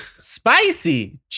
spicy